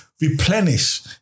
replenish